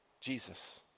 Jesus